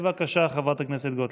בבקשה, חברת הכנסת גוטליב.